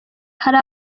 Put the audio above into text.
hari